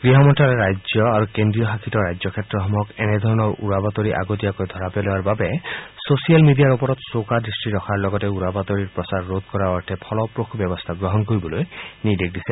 গ্ৰহ মন্তালয়ে ৰাজ্য আৰু কেন্দ্ৰ শাসিত অঞ্চলসমূহক এনেধৰণৰ উৰাবাতৰি আগতীয়াকৈ ধৰা পেলোৱাৰ বাবে ছছিয়েল মিডিয়াৰ ওপৰত চোকা দৃষ্টি ৰখাৰ লগতে উৰা বাতৰিৰ প্ৰচাৰ ৰোধ কৰাৰ বাবে ফলপ্ৰসূ ব্যৱস্থা গ্ৰহণ কৰিবলৈ নিৰ্দেশ দিছে